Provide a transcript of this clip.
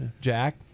Jack